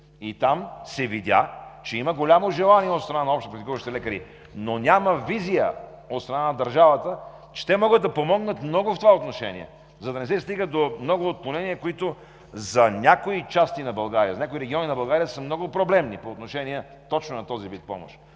Там се видя, че има голямо желание от страна на общопрактикуващите лекари, но няма визия от страна на държавата, че могат да помогнат много в това отношение, за да не се стига до много отклонения, които за някои части на България, за някои региони на България са много проблемни по отношение точно на този вид помощ.